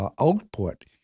output